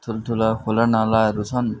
ठुल्ठुला खोला नालाहरू छन्